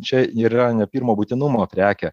čia yra ne pirmo būtinumo prekė